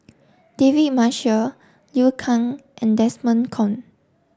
David Marshall Liu Kang and Desmond Kon